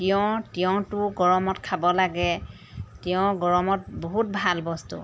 তাৰপৰা তিয়ঁহ তিয়ঁহতো গৰমত খাব লাগে তেওঁৰ গৰমত বহুত ভাল বস্তু